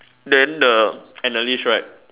then the analyst right